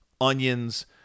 onions